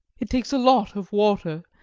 it takes a lot of water,